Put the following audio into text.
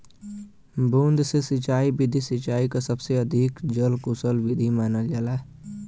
बूंद से सिंचाई विधि सिंचाई क सबसे अधिक जल कुसल विधि मानल जाला